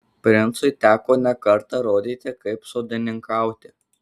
princui teko ne kartą rodyti kaip sodininkauti